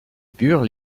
bure